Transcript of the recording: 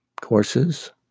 courses